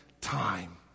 time